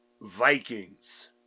Vikings